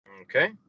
Okay